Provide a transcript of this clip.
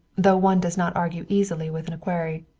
though one does not argue easily with an equerry.